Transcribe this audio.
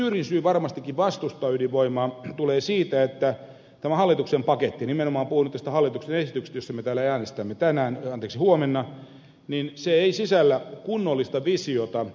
mutta varmastikin suurin syy vastustaa ydinvoimaa tulee siitä että tämä hallituksen paketti nimenomaan puhun nyt tästä hallituksen esityksestä josta me täällä äänestämme huomenna ei sisällä kunnollista visiota tehokkaimmasta energiapolitiikasta